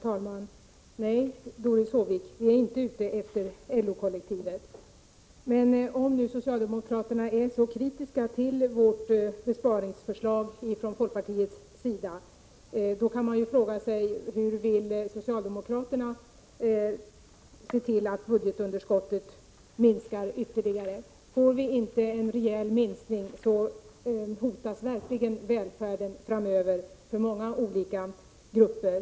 Herr talman! Nej, Doris Håvik, vi är inte ute efter LO-kollektivet. Men om nu socialdemokraterna är så kritiska till folkpartiets besparingsförslag kan man fråga sig hur socialdemokraterna vill se till att budgetunderskottet minskar ytterligare. Får vi inte en rejäl minskning hotas verkligen välfärden framöver för många olika grupper.